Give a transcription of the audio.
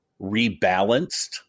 rebalanced